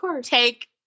take